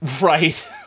Right